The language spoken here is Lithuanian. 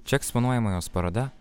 čia eksponuojama jos paroda